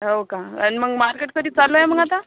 हो का आणि मग मार्केट कधी चालू आहे मग आता